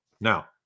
now